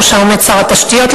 שבראשה עומד שר התשתיות.